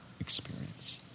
experience